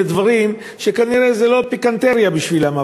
דברים שכנראה הם לא פיקנטריה בשבילם,